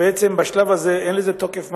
שבעצם בשלב הזה אין לזה תוקף מעשי,